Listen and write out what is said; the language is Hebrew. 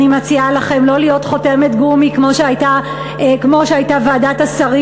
אני מציעה לכם לא להיות חותמת גומי כמו שהייתה ועדת השרים